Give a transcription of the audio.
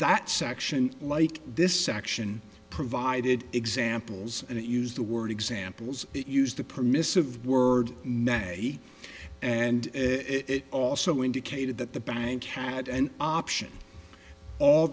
that section like this section provided examples and it used the word examples it used the permissive word net and it also indicated that the bank had an option all